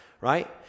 right